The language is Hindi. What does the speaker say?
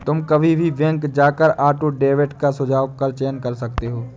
तुम कभी भी बैंक जाकर ऑटो डेबिट का सुझाव का चयन कर सकते हो